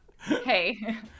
Hey